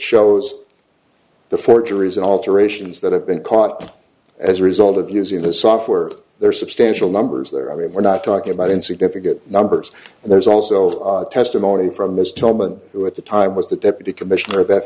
shows the forgeries and alterations that have been caught as a result of using the software there are substantial numbers there i mean we're not talking about in significant numbers and there's also testimony from this tillman who at the time was the deputy commissioner of f